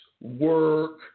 work